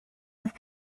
have